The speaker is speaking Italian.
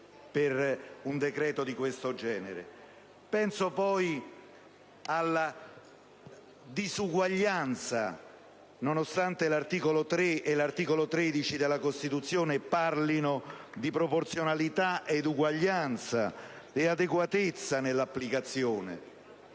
Penso poi alla disuguaglianza, nonostante gli articoli 3 e 13 della Costituzione parlino di proporzionalità, uguaglianza e adeguatezza nell'applicazione.